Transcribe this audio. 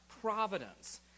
providence